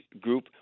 group